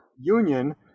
Union